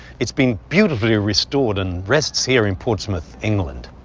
it's been beautifully restored and rests here in portsmouth, england.